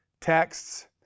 texts